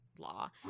law